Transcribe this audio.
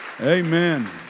Amen